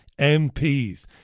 MPs